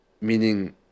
Meaning